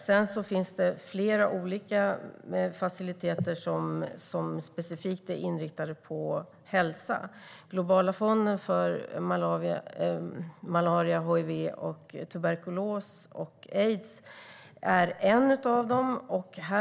Sedan finns det flera olika faciliteter som specifikt är inriktade på hälsa. Globala fonden mot aids, tuberkulos och malaria är en av dem.